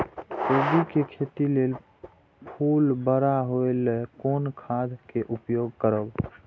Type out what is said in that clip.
कोबी के खेती लेल फुल बड़ा होय ल कोन खाद के उपयोग करब?